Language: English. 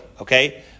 okay